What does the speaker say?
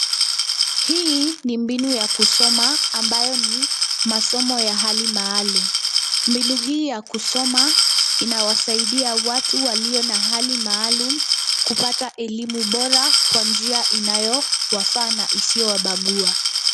Hii ni mbinu ya kusoma ambayo ni masomo ya hali maalum. Mbinu hii ya kusoma inawasaidia watu walio na Hali maalum kupata elimu bora kwa njia inayowafaa na isiyowabagua.